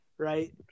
right